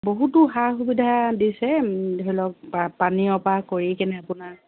বহুতো সা সুবিধা দিছে ধৰি লওক পানীৰপৰা কৰি কেনে আপোনাৰ